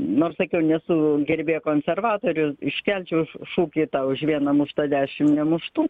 nors sakiau nesu gerbėja konservatorių iškelčiau šūkį tą už vieną muštą dešim nemuštų